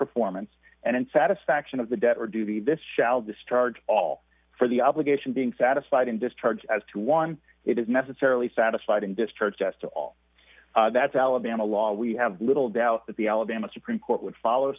performance and satisfaction of the debt or duty this shall discharge all for the obligation being satisfied and discharged as to one it is necessarily satisfied and destroyed just to all that's alabama law we have little doubt that the alabama supreme court would follow